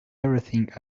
everything